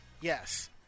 yes